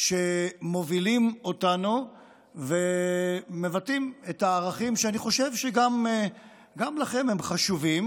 שמובילים אותנו ומבטאים את הערכים שאני חושב שגם לכם הם חשובים,